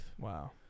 wow